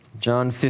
John